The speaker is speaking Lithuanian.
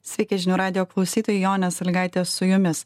sveiki žinių radijo klausytojai jonė sąlygaitė su jumis